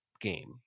game